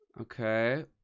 Okay